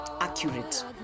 accurate